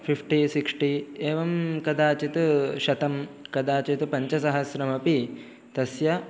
fifty sixty एवं कदाचित् शतं कदाचित् पञ्चसहस्रमपि तस्य